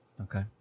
Okay